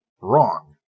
Wrong